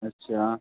अच्छा